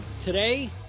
Today